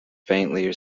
faintly